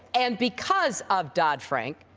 and because of dodd-frank,